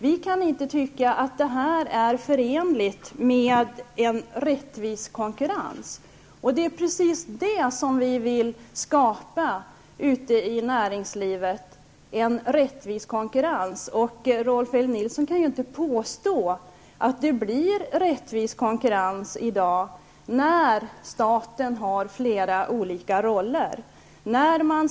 Vi kan inte tycka att det är förenligt med en rättvis konkurrens. Det är precis det vi vill skapa ute i näringslivet: en rättvis konkurrens. Rolf L Nilson kan inte påstå att det blir rättvis konkurrens i dag när staten spelar flera olika roller.